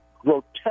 Grotesque